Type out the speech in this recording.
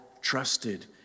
trusted